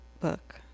book